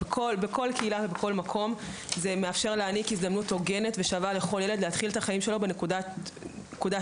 זה מאפשר להעניק הזדמנות שווה לכל ילד להתחיל את חייו בנקודה זהה.